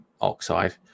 oxide